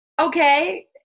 okay